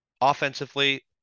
offensively